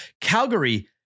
Calgary